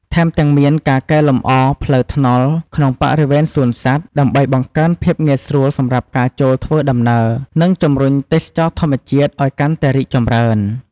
ថែមទាំងមានការកែលម្អផ្លូវថ្នល់ក្នុងបរិវេណសួនសត្វ ដើម្បីបង្កើនភាពងាយស្រួលសម្រាប់ការចូធ្វើដំណើរការ និងជម្រុញទេសចរណ៍ធម្មជាតិឲ្យកាន់តែរីកចម្រើន។